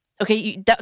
Okay